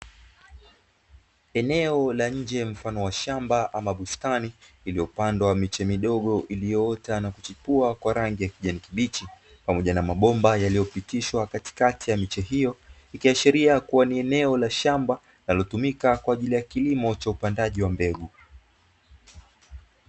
Eneo la nje mfano wa shamba ambapo bustani iliyopandwa miche midogo iliyoota na kuchipua kwa rangi ya kijani kibichi, pamoja na mabomba yaliyopitishwa katikati ya miche hiyo, ikiashiria kuwa ni eneo la shamba linalotumika kwa ajili ya kilimo cha upandaji wa mbegu.